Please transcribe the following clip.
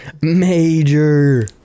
Major